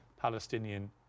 Palestinian